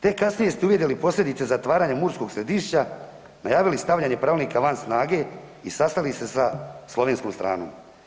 Tek kasnije ste uvidjeli posljedice zatvaranja Murskog Središća, najavili stavljanje pravilnika van snage i sastali se sa slovenskom stranom.